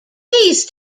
these